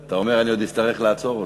אתה אומר שאני עוד אצטרך לעצור אותו.